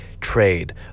trade